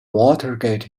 watergate